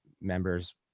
members